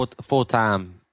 full-time